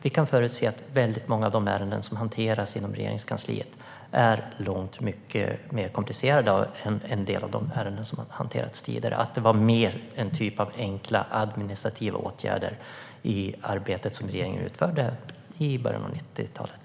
Vi kan se att många av de ärenden som hanteras inom Regeringskansliet är långt mycket mer komplicerade nu än en del av de som hanterats tidigare. Regeringen utförde mer enkla, administrativa åtgärder i början av 90-talet.